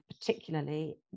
particularly